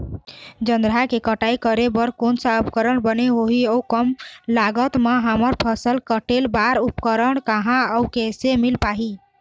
जोंधरा के कटाई करें बर कोन सा उपकरण बने होही अऊ कम लागत मा हमर फसल कटेल बार उपकरण कहा अउ कैसे मील पाही?